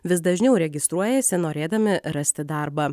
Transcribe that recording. vis dažniau registruojasi norėdami rasti darbą